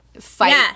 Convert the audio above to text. fight